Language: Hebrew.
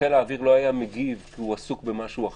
וחיל האוויר לא היה מגיב כי הוא עסוק במשהו אחר,